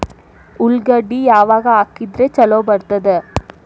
ಉಳ್ಳಾಗಡ್ಡಿ ಯಾವಾಗ ಹಾಕಿದ್ರ ಛಲೋ ಬರ್ತದ?